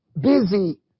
busy